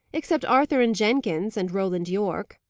except arthur and jenkins, and roland yorke.